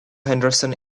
henderson